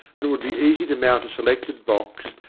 and it would be easy to mount a selected box,